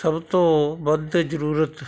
ਸਭ ਤੋਂ ਵੱਧ ਜ਼ਰੂਰਤ